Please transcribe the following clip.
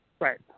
Right